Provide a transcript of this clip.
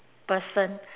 person